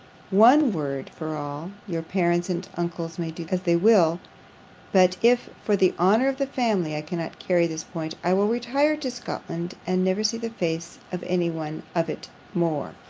one word for all your parents and uncles may do as they will but if, for the honour of the family, i cannot carry this point, i will retire to scotland, and never see the face of any one of it more.